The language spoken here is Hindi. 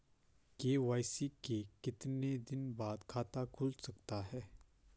के.वाई.सी के कितने दिन बाद खाता खुल सकता है?